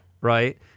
Right